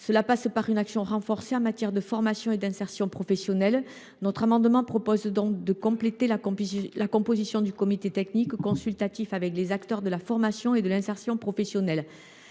Cela passe par une action renforcée en matière de formation et d’insertion professionnelle. Notre amendement vise donc à compléter la composition du comité technique consultatif en y faisant figurer les acteurs de la formation et de l’insertion professionnelle.